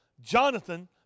Jonathan